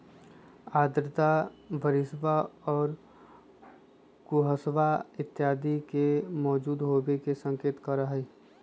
आर्द्रता बरिशवा और कुहसवा इत्यादि के मौजूद होवे के संकेत करा हई